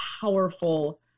powerful